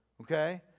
okay